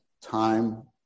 time